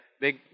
big